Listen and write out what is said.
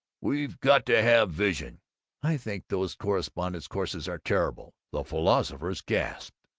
we've got to have vision i think those correspondence-courses are terrible! the philosophers gasped.